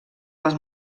les